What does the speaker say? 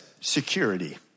security